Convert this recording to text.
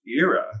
era